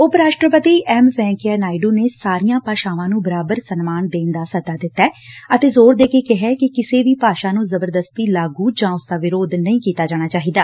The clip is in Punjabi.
ਉਪ ਰਾਸ਼ਟਰਪਤੀ ਐਮ ਵੈਂਕਈਆ ਨਾਇਡੂ ਨੇ ਸਾਰੀਆਂ ਭਾਸ਼ਾਵਾਂ ਨੂੰ ਬਰਾਬਰ ਸਨਮਾਨ ਦੇਣ ਦਾ ਸੱਦਾ ਦਿੱਤੈ ਅਤੇ ਜ਼ੋਰ ਦੇ ਕੇ ਕਿਹੈ ਕਿ ਕਿਸੇ ਵੀ ਭਾਸ਼ਾ ਨੂੰ ਜਬਰਦਸਤੀ ਲਾਗੂ ਜਾਂ ਉਸ ਦਾ ਵਿਰੋਧ ਨਹੀਂ ਕੀਤਾ ਜਾਣਾ ਚਾਹੀਦਾ